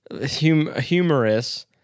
humorous